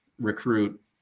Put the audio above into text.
recruit